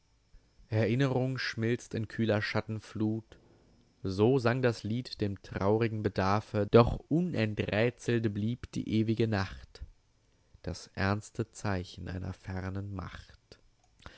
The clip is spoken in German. erinnerung schmilzt in kühler schattenflut so sang das lied dem traurigen bedarfe doch unenträtselt blieb die ew'ge nacht das ernste zeichen einer fernen macht